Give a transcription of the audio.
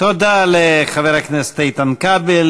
תודה לחבר הכנסת איתן כבל.